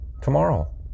tomorrow